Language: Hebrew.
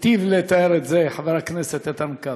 הטיב לתאר את זה חבר הכנסת איתן כבל,